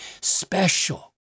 special